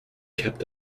kept